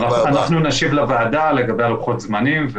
נשיב לוועדה לגבי לוחות הזמנים,